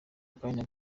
akanya